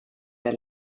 der